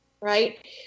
right